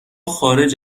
خارج